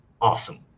Awesome